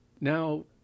Now